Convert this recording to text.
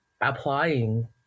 applying